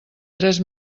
tres